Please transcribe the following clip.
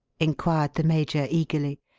inquired the major eagerly.